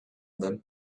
them